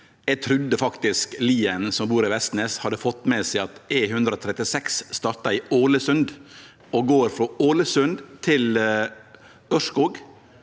Eg trudde faktisk Lien, som bur i Vestnes, hadde fått med seg at E136 startar i Ålesund og går frå Ålesund til Ørskog